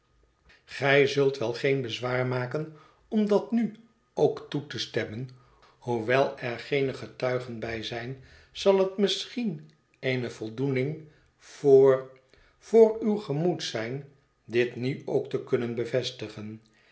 gij zult wel geen bezwaar maken om dat nu ook toe te stemmen hoewel er geene gehet verlaten huis tuigen bij zijn zal het misschien eene voldoening voor voor uw gemoed zijn dit nu ook te kunnen bevestigen